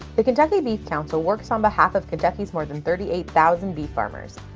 the kentucky beef council works on behalf of kentucky's more than thirty eight thousand beef farmers.